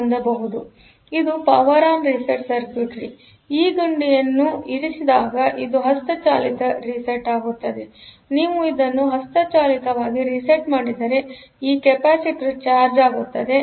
ಇದು power on reset circuitry ಈ ಗುಂಡಿಯನ್ನು ಇರಿಸಿದಾಗ ಇದು ಹಸ್ತಚಾಲಿತ ರಿಸೆಟ್ ಆಗುತ್ತದೆ ಆದ್ದರಿಂದನೀವು ಅದನ್ನು ಹಸ್ತಚಾಲಿತವಾಗಿ ರಿಸೆಟ್ ಮಾಡಿದರೆ ಈ ಕೆಪಾಸಿಟರ್ ಚಾರ್ಜ್ ಆಗುತ್ತದೆ